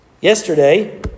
Yesterday